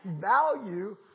value